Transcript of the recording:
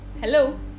hello